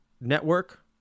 network